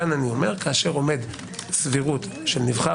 כאן אני אומר כאשר עומדת סבירות של נבחר